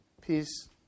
Peace